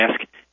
ask